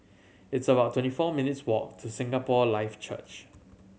it's about twenty four minutes' walk to Singapore Life Church